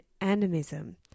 animism